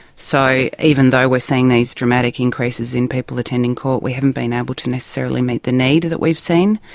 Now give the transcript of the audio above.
so even though we are seeing these dramatic increases in people attending court we haven't been able to necessarily meet the need that we've seen.